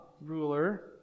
ruler